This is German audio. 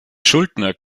schuldner